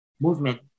movement